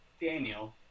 Daniel